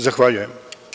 Zahvaljujem.